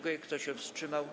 Kto się wstrzymał?